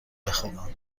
بخوابم